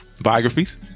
biographies